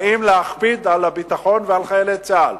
באים להכביד על הביטחון ועל חיילי צה"ל,